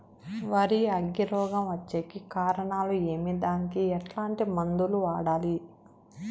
వరి అగ్గి రోగం వచ్చేకి కారణాలు ఏమి దానికి ఎట్లాంటి మందులు వాడాలి?